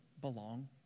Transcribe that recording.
belong